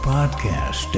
podcast